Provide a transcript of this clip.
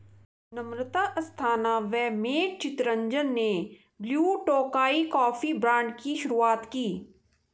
नम्रता अस्थाना व मैट चितरंजन ने Blue Tokai coffee brand की शुरुआत की